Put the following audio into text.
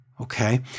Okay